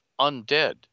undead